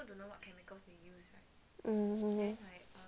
mm